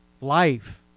life